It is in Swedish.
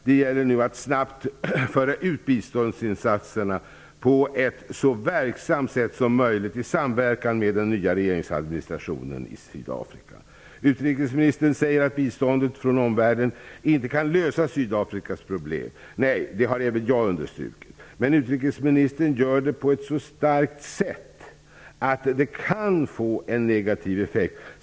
Det gäller nu att snabbt föra ut biståndsinsatserna på ett så verksamt sätt som möjligt i samverkan med den nya regeringsadministrationen i Sydafrika. Utrikesministern säger att biståndet från omvärlden inte kan lösa Sydafrikas problem. Nej, det har även jag understrukit. Men utrikesministern gör det på ett så starkt sätt att det kan få en negativ effekt.